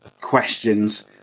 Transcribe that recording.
questions